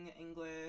English